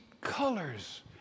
colors